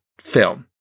film